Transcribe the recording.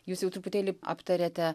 jūs jau truputėlį aptarėte